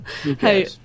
Hey